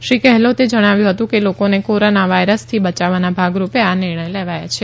શ્રી ગેહલોતે જણાવ્યું હતું કે લોકોને કોરોના વાઈરસથી બયાવવાના ભાગરૂપે આ નિર્ણય લેવાયા છે